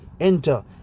enter